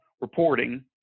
reporting